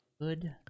Good